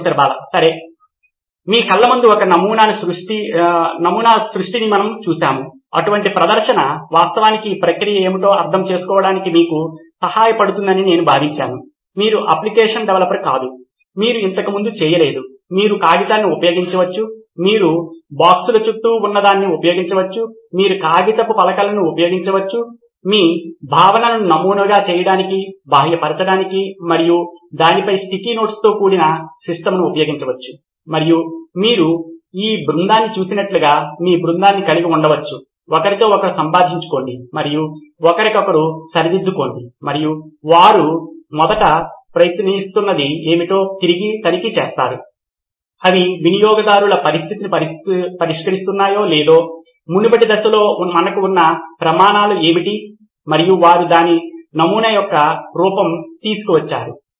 professor Bala సరే మీ కళ్ళ ముందు ఒక నమూనా యొక్క సృష్టిని మనము చూశాము అటువంటి ప్రదర్శన వాస్తవానికి ఈ ప్రక్రియ ఏమిటో అర్థం చేసుకోవడానికి మీకు సహాయపడుతుందని నేను భావించాను మీరు అప్లికేషన్ డెవలపర్ కాదు మీరు ఇంతకు ముందు చేయలేదు మీరు కాగితాన్ని ఉపయోగించవచ్చు మీరు బాక్సుల చుట్టూ ఉన్నదాన్ని ఉపయోగించవచ్చు మీరు కాగితపు పలకలను ఉపయోగించవచ్చు మీ భావనను నమూనా చేయడానికి బాహ్యపరచడానికి మరియు దానిపై స్టిక్కీ నోట్స్తో కూడిన స్కెచ్ను ఉపయోగించవచ్చు మరియు మీరు ఈ బృందాన్ని చూసినట్లుగా మీ బృందాన్ని కలిగి ఉండవచ్చు ఒకరితో ఒకరు సంభాషించుకోండి మరియు ఒకరినొకరు సరిదిద్దుకోండి మరియు వారు మొదట ప్రయత్నిస్తున్నది ఏమిటో తిరిగి తనిఖీ చేస్తారు అవి వినియోగదారుల పరిస్థితిని పరిష్కరిస్తున్నాయా లేదా మునుపటి దశలో మనకు ఉన్న ప్రమాణాలు ఏమిటి మరియు వారు దాని నమూనా యొక్క రూపం దీనికి తీసుకువచ్చారు